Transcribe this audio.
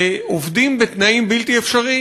ועובדים בתנאים בלתי אפשריים.